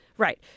Right